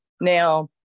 Now